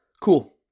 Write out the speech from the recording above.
cool